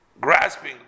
grasping